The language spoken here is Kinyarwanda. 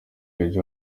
joe